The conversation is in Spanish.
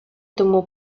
tomó